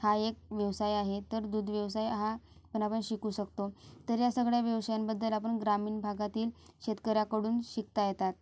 हा एक व्यवसाय आहे तर दूध व्यवसाय हा पण आपण शिकू शकतो तर ह्या सगळ्या व्यवसायांबद्दल आपण ग्रामीण भागातील शेतकऱ्याकडून शिकता येतात